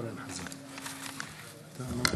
חבר הכנסת איציק שמולי, ואחריו,